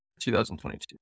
2022